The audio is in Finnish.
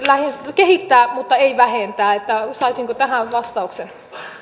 kehittää mutta ei vähentää saisinko tähän vastauksen